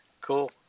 cool